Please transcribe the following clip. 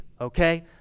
okay